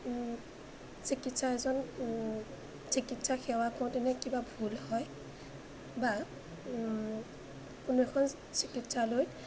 চিকিৎসক এজন চিকিৎসা সেৱা কৰোঁতেনে কিবা ভুল হয় বা কোনো এখন চিকিৎসালয়ত